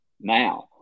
now